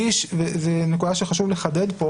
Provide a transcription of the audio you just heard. נקודה שחשוב לחדד כאן,